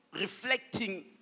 reflecting